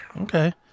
Okay